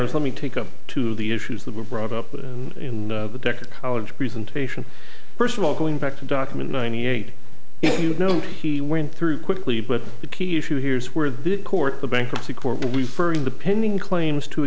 me take up to the issues that were brought up in the decker college presentation first of all going back to document ninety eight you know he went through quickly but the key issue here is where the court the bankruptcy court the pending claims to